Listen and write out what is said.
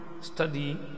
study